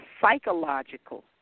psychological